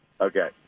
Okay